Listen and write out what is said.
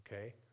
okay